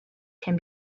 can